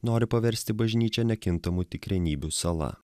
nori paversti bažnyčią nekintamų tikrenybių sala